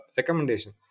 recommendation